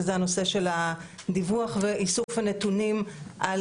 וזה הנושא של הדיווח ואיסוף הנתונים על